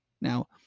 Now